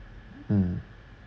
mm